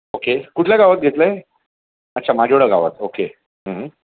okay कुठल्या गावात घेतलं आहे अच्छा माजिवडा गावात ओके हं हं